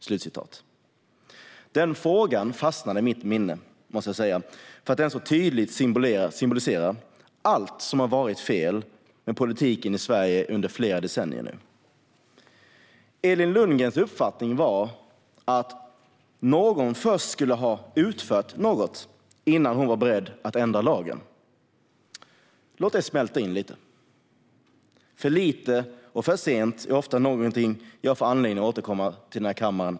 Denna fråga fastnade i mitt minne för att den så tydligt symboliserar allt som har varit fel med politiken i Sverige under flera decennier. Elin Lundgrens uppfattning var alltså att någon först skulle ha utfört något innan hon var beredd att ändra lagen. Låt det sjunka in. För lite och för sent är något jag alltför ofta återkommer till i denna kammare.